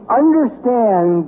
understand